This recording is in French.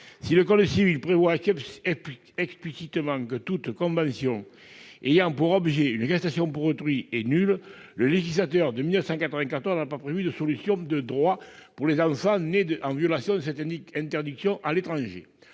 si le code civil dispose explicitement que toute convention ayant pour objet une gestation pour autrui est nulle, le législateur de 1994 n'a pas prévu de solution de droit pour les enfants nés à l'étranger en violation de cette interdiction. Or ces